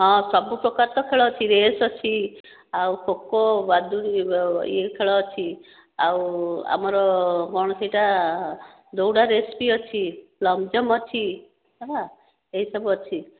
ହଁ ସବୁପ୍ରକାର ତ ଖେଳ ଅଛି ରେସ ଅଛି ଆଉ ଖୋ ଖୋ ବାଦୁଡ଼ି ୟେ ଖେଳ ଅଛି ଆଉ ଆମର କଣ ସେଇଟା ଦୌଡ଼ା ରେସ ବି ଅଛି ଲଙ୍ଗ୍ ଜମ୍ପ ଅଛି ହେଲା ଏସବୁ ଅଛି